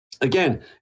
again